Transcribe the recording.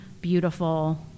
beautiful